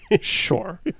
sure